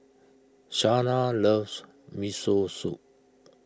Shanna loves Miso Soup